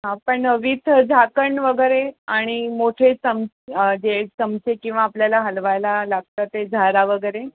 हा पण विथ झाकण वगैरे आणि मोठे चम जे चमचे किंवा आपल्याला हलवायला लागतं ते झारा वगैरे